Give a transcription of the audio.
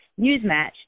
NewsMatch